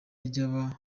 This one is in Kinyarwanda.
ry’aba